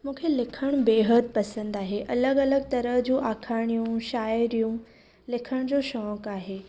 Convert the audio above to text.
मूंखे लिखणु बेहद पसंदि आहे अलॻि अलॻि तरह जूं आखाणियूं शाइरियूं लिखण जो शौंक आहे